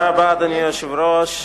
אדוני היושב-ראש,